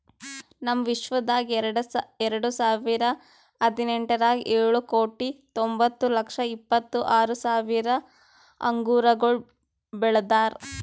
ನಮ್ ವಿಶ್ವದಾಗ್ ಎರಡು ಸಾವಿರ ಹದಿನೆಂಟರಾಗ್ ಏಳು ಕೋಟಿ ತೊಂಬತ್ತು ಲಕ್ಷ ಇಪ್ಪತ್ತು ಆರು ಸಾವಿರ ಅಂಗುರಗೊಳ್ ಬೆಳದಾರ್